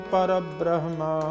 Parabrahma